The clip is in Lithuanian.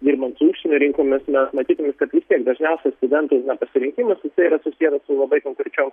dirbant su užsienio rinkom nes mes matydami kad vis tiek dažniausiai studentai pasirinkimas jisai yra susijęs su labai konkrečiom